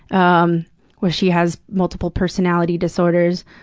um where she has multiple personality disorders?